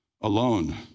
Alone